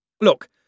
Look